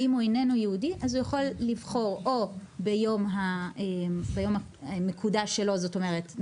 ואם איננו יהודי הוא יכול לבחור או ביום המקודש שלו לדוגמה,